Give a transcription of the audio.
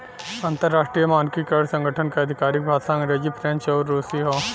अंतर्राष्ट्रीय मानकीकरण संगठन क आधिकारिक भाषा अंग्रेजी फ्रेंच आउर रुसी हौ